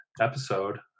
episode